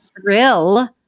thrill